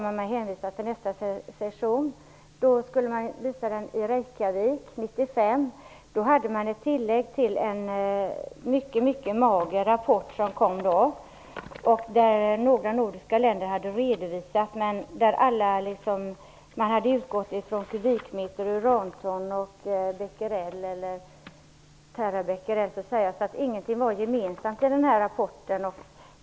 Men då hänvisade man till nästa session 1995, då den skulle förevisas i Reykjavik. Man hade då ett tillägg till en synnerligen mager rapport som hade kommit. Några nordiska länder hade gett en redovisning. Man utgick från kubikmeter, uranton och becquerel/terabecquerel. Men ingenting var gemensamt i rapporten.